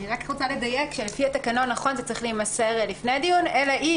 אני רוצה לדייק שלפי התקנון נכון שזה צריך להימסר לפני דיון אלא אם